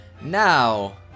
Now